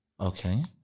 Okay